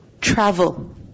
travel